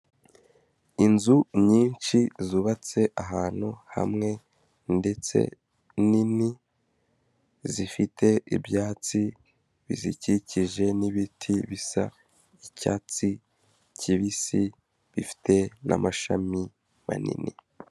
Inzu nyinshi zubatse ahantu hamwe ndetse nini zifite ibyatsi bizikikije n'ibiti bisa icyatsi kibisi bifite n'amashami manini.